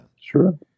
Sure